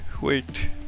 wait